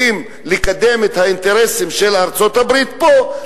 לקדם את האינטרסים של ארצות-הברית פה,